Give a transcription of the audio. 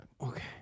Okay